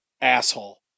asshole